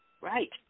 Right